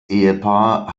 ehepaar